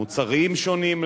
מוצרים שונים,